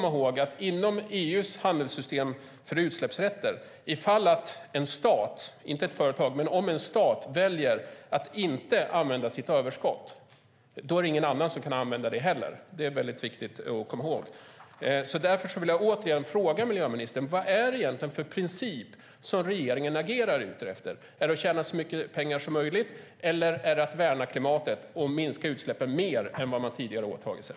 Inom EU:s handelsystem för utsläppsrätter är det viktigt att komma ihåg att ifall en stat - inte ett företag - väljer att inte använda sitt överskott kan ingen annan använda det heller. Detta är viktigt att komma ihåg. Därför vill jag återigen fråga miljöministern: Vad är det egentligen för princip regeringen agerar efter? Är det att tjäna så mycket pengar som möjligt, eller är det att värna klimatet och minska utsläppen mer än vad man tidigare åtagit sig?